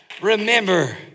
remember